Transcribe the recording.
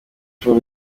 cumi